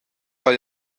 eis